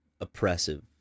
oppressive